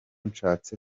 nshatse